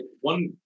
one